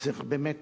צריך באמת